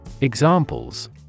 Examples